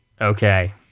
Okay